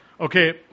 okay